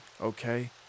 okay